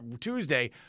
Tuesday